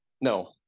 No